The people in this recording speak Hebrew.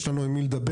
יש לנו עם מי לדבר.